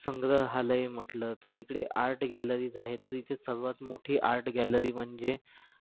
संग्रहालय म्हटलं तर इकडे आर्ट गॅलरीज आहेत तर इथे सर्वात मोठी आर्ट गॅलरी म्हणजे